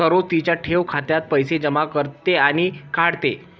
सरोज तिच्या ठेव खात्यात पैसे जमा करते आणि काढते